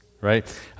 Right